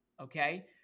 Okay